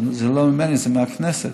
זה לא ממני, זה מהכנסת.